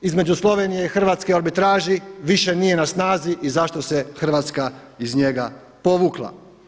između Slovenije i Hrvatske u arbitraži više nije na snazi i zašto se hrvatska iz njega povukla?